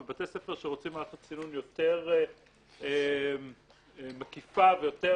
ובתי ספר שרוצים מערכת סינון יותר מקיפה ויותר